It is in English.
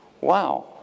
Wow